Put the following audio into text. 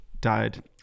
died